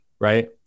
Right